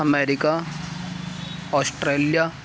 America Australia